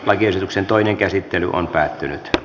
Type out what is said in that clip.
lakiehdotusten toinen käsittely on päättynyt